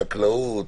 חקלאות,